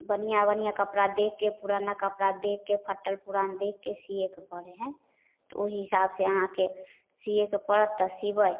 बढ़िआँ बढ़िआँ कपड़ा दऽ कऽ पुराना कपड़ा दऽ कऽ फटल पुरान देखिके सिएके पड़ै हइ तऽ ओहि हिसाबसँ अहाँके सिएके पड़त तऽ सिबै